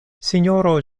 sinjoro